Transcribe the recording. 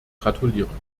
gratulieren